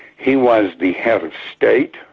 he was the head of state,